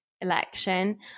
election